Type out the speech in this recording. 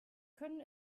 können